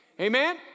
Amen